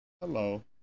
Hello